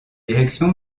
direction